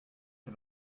sur